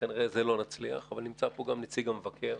כנראה זה לא נצליח אבל נמצא פה גם נציג המבקר.